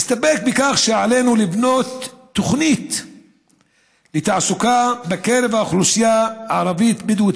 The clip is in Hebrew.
אסתפק בכך שעלינו לבנות תוכנית לתעסוקה בקרב האוכלוסייה הערבית-בדואית